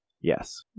Yes